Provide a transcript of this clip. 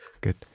Good